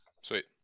Sweet